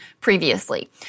previously